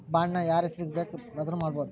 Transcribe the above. Bond ನ ಯಾರ್ಹೆಸ್ರಿಗ್ ಬೆಕಾದ್ರುಮಾಡ್ಬೊದು?